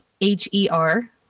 h-e-r